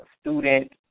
student